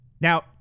Now